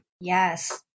yes